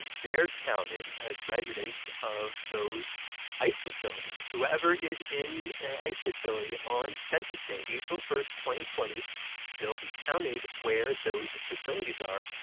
they're counted as residents of those ice facilities. whoever is in an ice facility on census day april twenty twenty they'll be counted where those facilities are,